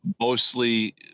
mostly